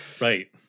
Right